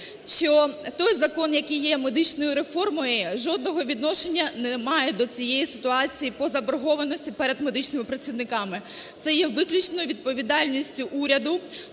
що той закон який є медичної реформи, жодного відношення не має до цієї ситуації по заборгованості перед медичними працівниками. Це є виключно відповідальністю уряду